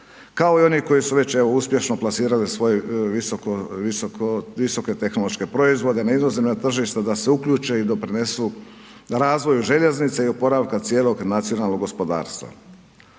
kao i one koje su već evo uspješno plasirale svoje visoko, visoko, visoke tehnološke proizvode, da izlaze na tržište, da se uključe i doprinesu razvoju željeznice i oporavka cijelog nacionalnog gospodarstva.